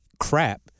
crap